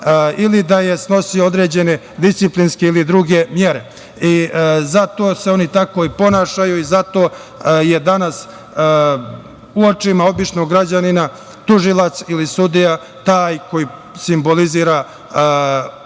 ili da je snosio određene disciplinske ili druge mere. Zato se oni tako i ponašaju i zato je danas u očima običnog građanina tužilac ili sudija taj koji simbolizira onu